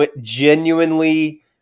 genuinely